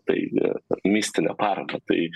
tai mistinę paramą tai